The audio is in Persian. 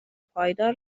پایدار